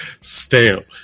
Stamp